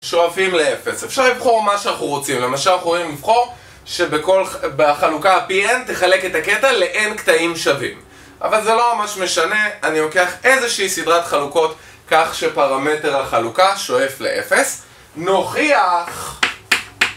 שואפים לאפס. אפשר לבחור מה שאנחנו רוצים. למשל אנחנו יכולים לבחור, שבחלוקה pn תחלק את הקטע לN קטעים שווים. אבל זה לא ממש משנה, אני לוקח איזשהי סדרת חלוקות כך שפרמטר החלוקה שואף לאפס. נוכיח,